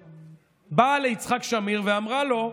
באה ליצחק שמיר ואמרה לו,